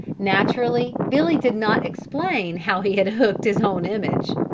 naturally billy did not explain how he had hooked his own image.